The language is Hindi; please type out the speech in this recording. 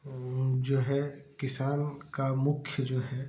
वो जो है किसान का मुख्य जो है